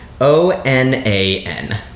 O-N-A-N